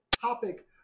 topic